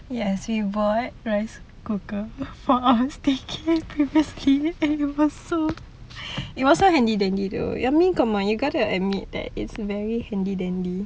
yes we bought rice cooker for our staycay previously and it was so it was so handy I admit though I mean come on man you gotta admit that it's very handy dandy